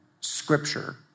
scripture